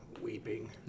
weeping